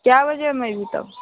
कए बजेमे एबही तब